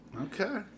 Okay